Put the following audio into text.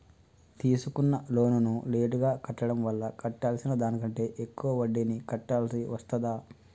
తీసుకున్న లోనును లేటుగా కట్టడం వల్ల కట్టాల్సిన దానికంటే ఎక్కువ వడ్డీని కట్టాల్సి వస్తదా?